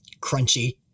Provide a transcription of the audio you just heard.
crunchy